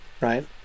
right